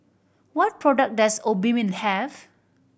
what products does Obimin have